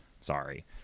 Sorry